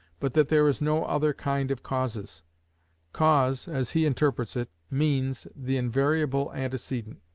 but that there is no other kind of causes cause, as he interprets it, means the invariable antecedent.